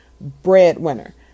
breadwinner